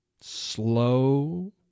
Slow